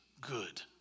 good